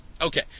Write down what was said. Okay